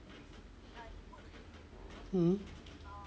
mm